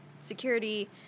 security